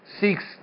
seeks